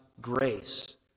grace